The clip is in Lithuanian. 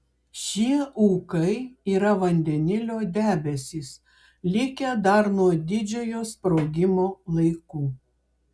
šie ūkai yra vandenilio debesys likę dar nuo didžiojo sprogimo laikų